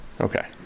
Okay